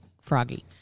Froggy